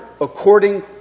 according